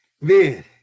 man